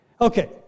Okay